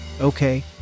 Okay